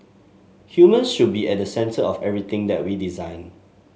humans should be at the centre of everything that we design